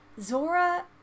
Zora